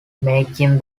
making